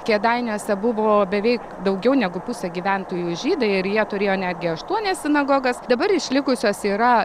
kėdainiuose buvo beveik daugiau negu pusė gyventojų žydai ir jie turėjo netgi aštuonias sinagogas dabar išlikusios yra